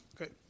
Okay